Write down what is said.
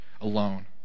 alone